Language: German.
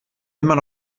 immer